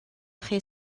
chi